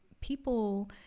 people